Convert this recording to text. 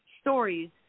stories